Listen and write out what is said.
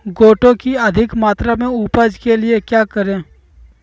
गोटो की अधिक मात्रा में उपज के लिए क्या करें?